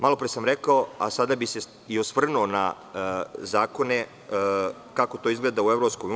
Malo pre sam rekao a sada bi se i osvrnuo na zakone kako to izgleda u EU.